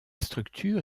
structure